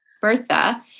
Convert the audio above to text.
Bertha